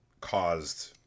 caused